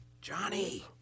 Johnny